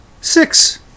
six